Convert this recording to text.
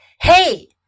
Hey